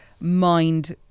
mind